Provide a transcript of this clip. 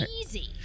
Easy